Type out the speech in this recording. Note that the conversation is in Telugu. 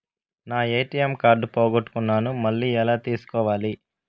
నా ఎ.టి.ఎం కార్డు పోగొట్టుకున్నాను, మళ్ళీ ఎలా తీసుకోవాలి?